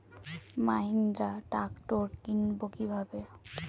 Mahindra tractor কিনবো কি ভাবে?